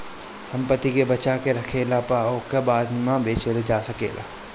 संपत्ति के बचा के रखला पअ ओके बाद में बेचल जा सकेला